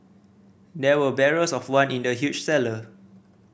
there were barrels of wine in the huge cellar